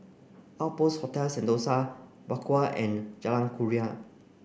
Outpost Hotel Sentosa Bakau and Jalan Kurnia